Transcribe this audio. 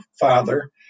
father